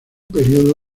período